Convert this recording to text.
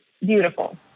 beautiful